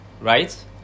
right